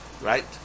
Right